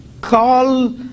call